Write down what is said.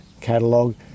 catalog